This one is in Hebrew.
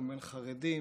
חרדים,